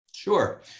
Sure